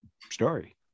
story